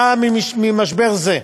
בעקבות משבר זה,